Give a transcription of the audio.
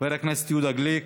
חבר הכנסת יהודה גליק,